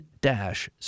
dash